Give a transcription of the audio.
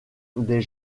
des